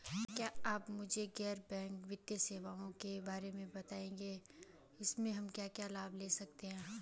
क्या आप मुझे गैर बैंक वित्तीय सेवाओं के बारे में बताएँगे इसमें हम क्या क्या लाभ ले सकते हैं?